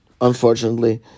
Unfortunately